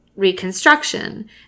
reconstruction